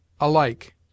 ALIKE